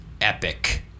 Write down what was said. epic